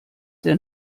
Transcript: der